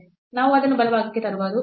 ನಾವು ಅದನ್ನು ಬಲಭಾಗಕ್ಕೆ ತರಬಹುದು